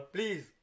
Please